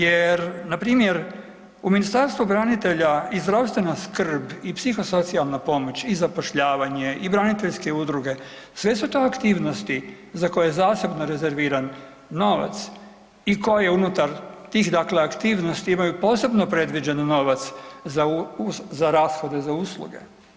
Jer npr. u Ministarstvu branitelja i zdravstvena skrb i psihosocijalna pomoć i zapošljavanje i braniteljske udruge, sve su to aktivnosti za koje je zasebno rezerviran novac i koje unutar tih dakle aktivnosti imaju posebno predviđen novac za rashode za usluge.